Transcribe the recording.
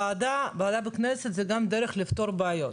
ועדה בכנסת זה גם דרך לפתור בעיות.